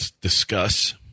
discuss